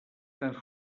tants